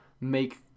make